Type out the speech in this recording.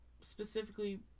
specifically